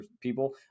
people